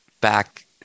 back